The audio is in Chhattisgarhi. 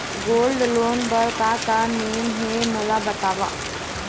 गोल्ड लोन बार का का नेम हे, मोला बताव?